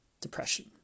depression